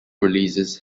releases